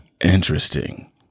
Interesting